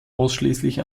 ausschließlich